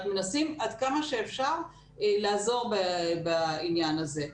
רק מנסים עד כמה שאפשר לעזור בעניין הזה.